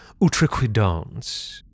outrequidance